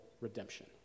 redemption